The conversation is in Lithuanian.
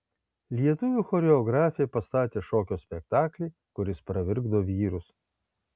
lietuvių choreografė pastatė šokio spektaklį kuris pravirkdo vyrus